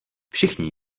všichni